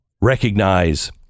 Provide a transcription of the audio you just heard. recognize